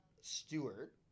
Stewart